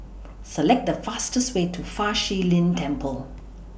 Select The fastest Way to Fa Shi Lin Temple